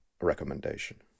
recommendation